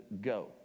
go